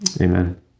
Amen